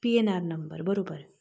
P N R number बरोबर